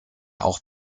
auch